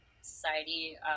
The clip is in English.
society